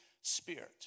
Spirit